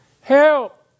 Help